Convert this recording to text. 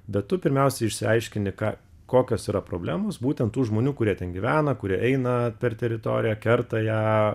bet tu pirmiausia išsiaiškini ką kokios yra problemos būtent tų žmonių kurie ten gyvena kurie eina per teritoriją kerta ją